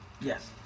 Yes